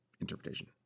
interpretation